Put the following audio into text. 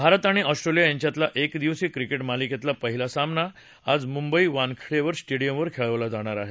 भारत आणि ऑस्ट्रेलिया यांच्यातल्या एकदिवसीय क्रिकेट मालिकेतला पहिला सामना आज मुंबईत वानखेडे स्टेडिअमवर होणार आहे